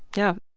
yeah